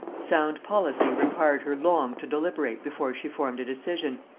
sound policy required her long to deliberate before she formed a decision,